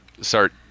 start